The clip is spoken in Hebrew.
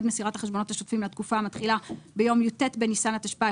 מסירת החשבונות השוטפים לתקופה המתחילה ביום י"ט בניסן התשפ"א,